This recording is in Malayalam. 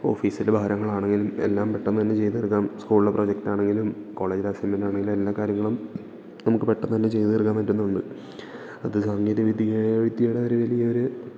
ഓഫീസിലെ ഭാരങ്ങളാണെങ്കിലും എല്ലാം പെട്ടന്നുതന്നെ ചെയ്തു തീർക്കാം സ്കൂളിലെ പ്രൊജക്റ്റാണെങ്കിലും കോളേജിലെ അസൈൻമെൻ്റാണെങ്കിലും എല്ലാ കാര്യങ്ങളും നമുക്ക് പെട്ടന്നുതന്നെ ചെയ്തു തീർക്കാൻ പറ്റുന്നുണ്ട് അത് സാങ്കേതിക വിദ്യ വിദ്യയയുടെ ഒരു വലിയൊരു